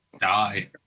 Die